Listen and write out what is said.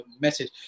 message